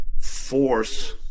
force